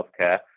healthcare